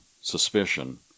suspicion